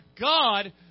God